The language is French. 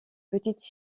petite